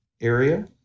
area